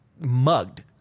Mugged